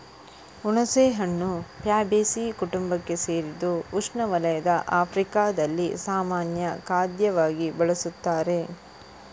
ಹುಣಸೆಹಣ್ಣು ಫ್ಯಾಬೇಸೀ ಕುಟುಂಬಕ್ಕೆ ಸೇರಿದ್ದು ಉಷ್ಣವಲಯದ ಆಫ್ರಿಕಾದಲ್ಲಿ ಸಾಮಾನ್ಯ ಖಾದ್ಯವಾಗಿ ಬಳಸುತ್ತಾರೆ